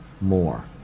more